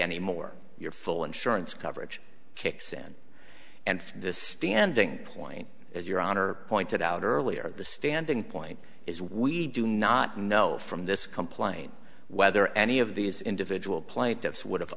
anymore your full insurance coverage kicks in and the standing point is your honor pointed out earlier the standing point is we do not know from this complaint whether any of these individual plaintiffs would have